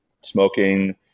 smoking